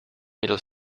middle